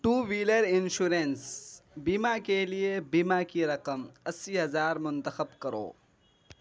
to wheeler insurance بیمہ کے لیے بیمہ کی رقم اسی ہزار منتخب کرو